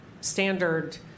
standard